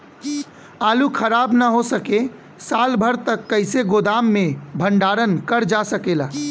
आलू खराब न हो सके साल भर तक कइसे गोदाम मे भण्डारण कर जा सकेला?